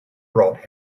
brought